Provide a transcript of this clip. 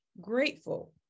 grateful